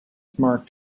marked